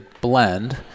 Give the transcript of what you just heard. blend